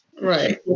Right